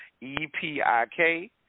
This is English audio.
E-P-I-K